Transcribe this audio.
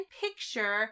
picture